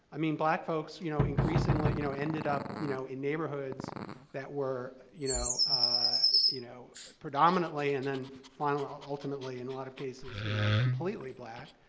i mean black folks you know increasingly you know ended up you know in neighborhoods that were you know you know predominantly, and then ah ultimately, in a lot of cases, you know completely black.